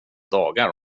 dagar